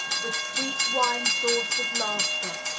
with sweet-wine sauce of laughter.